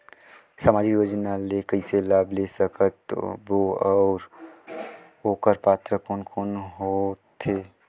समाजिक योजना ले कइसे लाभ ले सकत बो और ओकर पात्र कोन कोन हो थे?